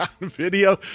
video